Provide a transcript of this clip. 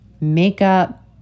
makeup